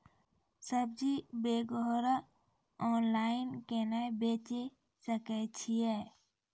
सब्जी वगैरह ऑनलाइन केना बेचे सकय छियै?